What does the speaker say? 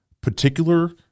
particular